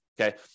Okay